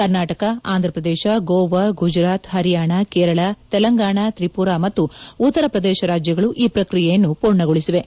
ಕರ್ನಾಟಕ ಆಂಧ್ರಪ್ರದೇಶ ಗೋವಾ ಗುಜರಾತ್ ಹರಿಯಾಣ ಕೇರಳ ತೆಲಂಗಾಣ ತ್ರಿಪುರಾ ಮತ್ತು ಉತ್ತರ ಪ್ರದೇಶ ರಾಜ್ಯಗಳು ಈ ಪ್ರಕ್ರಿಯೆಯನ್ನು ಪೂರ್ಣಗೊಳಿಸಿವೆ